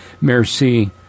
merci